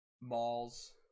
malls